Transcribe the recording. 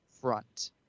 front